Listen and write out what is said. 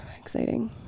exciting